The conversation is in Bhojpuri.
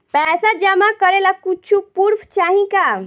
पैसा जमा करे ला कुछु पूर्फ चाहि का?